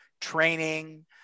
training